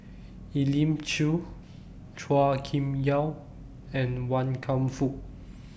Elim Chew Chua Kim Yeow and Wan Kam Fook